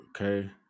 okay